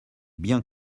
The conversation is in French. bien